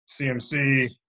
CMC